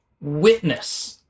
witness